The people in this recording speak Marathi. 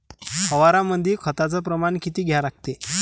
फवारनीमंदी खताचं प्रमान किती घ्या लागते?